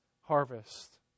harvest